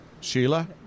Sheila